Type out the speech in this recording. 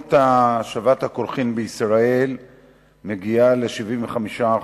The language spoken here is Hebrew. כמות השבת הקולחין בישראל מגיעה ל-75%,